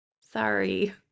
Sorry